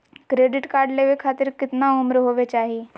Credit card लेवे खातीर कतना उम्र होवे चाही?